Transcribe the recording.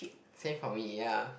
save for me ya